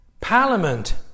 Parliament